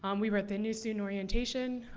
um we were at the new student orientation.